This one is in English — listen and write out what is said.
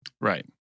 Right